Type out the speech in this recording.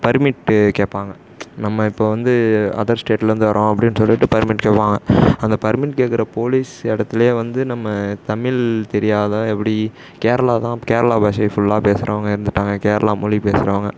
permit கேட்பாங்க நம்ம இப்போது வந்து அதர் ஸ்டேட்லேந்து வரோம் அப்படின்னு சொல்லிகிட்டு பர்மிட் கேட்பாங்க அந்த பர்மிட் கேட்குற போலீஸ் இடத்துலே வந்து நம்ம தமிழ் தெரியாத எப்படி கேரளா தான் கேரளா பாஷையை ஃபுல்லா பேசுகிறவுங்க இருந்துட்டாங்க கேரளா மொழி பேசுகிறவுங்க